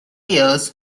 years